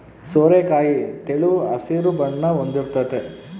ಸೋರೆಕಾಯಿ ತೆಳು ಹಸಿರು ಬಣ್ಣ ಹೊಂದಿರ್ತತೆ